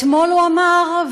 אתמול הוא אמר,